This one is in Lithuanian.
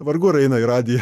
vargu ar eina į radiją